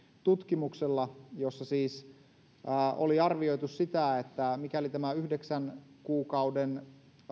tutkimuksessa oli siis arvioitu sitä että mikäli tämä yhdeksän kuukauden